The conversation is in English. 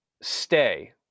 stay